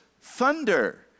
thunder